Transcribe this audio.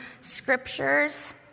scriptures